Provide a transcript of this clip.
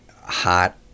Hot